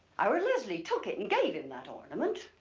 our leslie took it and gave him that ornament.